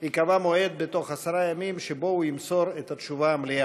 ייקבע מועד בתוך עשרה ימים שבו הוא ימסור את התשובה המלאה.